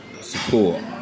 support